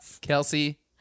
Kelsey